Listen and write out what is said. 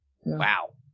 Wow